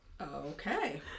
Okay